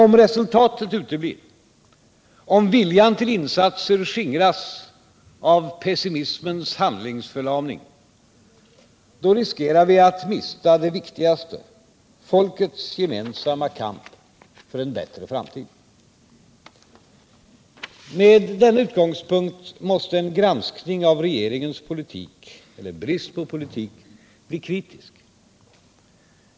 Om resultatet uteblir, om viljan till insatser skingras av pessimismens handlingsförlamning, då riskerar vi att mista det viktigaste, folkets gemensamma kamp för en bättre framtid. Med denna utgångspunkt måste en granskning av regeringens politik och brist på politik bli kritisk.